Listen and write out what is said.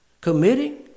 Committing